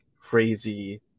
crazy